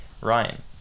Ryan